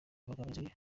imbogamizi